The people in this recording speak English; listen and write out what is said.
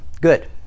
Good